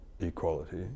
equality